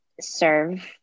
serve